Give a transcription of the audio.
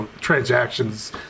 transactions